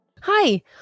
hi